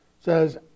says